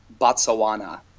Botswana